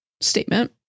statement